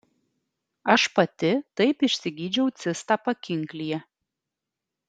aš pati taip išsigydžiau cistą pakinklyje